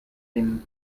dem